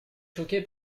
choqué